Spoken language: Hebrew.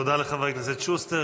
תודה לחבר הכנסת שוסטר.